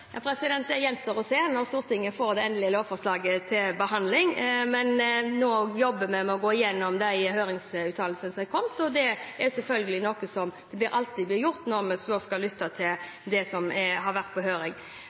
gjenstår å se, når Stortinget får det endelige lovforslaget til behandling. Nå jobber vi med å gå gjennom de høringsuttalelsene som er kommet, og det er selvfølgelig noe som alltid vil bli gjort når vi skal lytte til uttalelsene om det som har vært på høring.